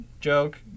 joke